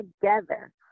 together